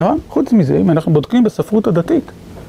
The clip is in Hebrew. חוץ מזה, אם אנחנו בודקים בספרות הדתית.